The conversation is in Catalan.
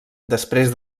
després